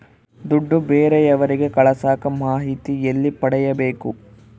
ದುಡ್ಡು ಬೇರೆಯವರಿಗೆ ಕಳಸಾಕ ಮಾಹಿತಿ ಎಲ್ಲಿ ಪಡೆಯಬೇಕು?